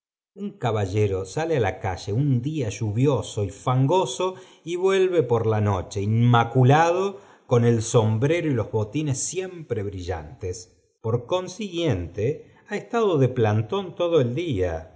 un caballero sale á la calle un día lluvioso y fangoso y vuelve por la noche inmaculado con el sombrero y los botines siempre brillantes por consiguiente ha estado de plantón todo el día